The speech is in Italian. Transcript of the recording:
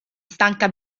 stanca